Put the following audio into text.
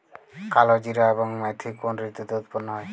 কালোজিরা এবং মেথি কোন ঋতুতে উৎপন্ন হয়?